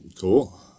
Cool